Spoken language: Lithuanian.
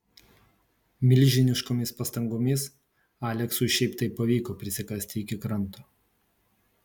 milžiniškomis pastangomis aleksui šiaip taip pavyko prisikasti iki kranto